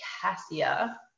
Cassia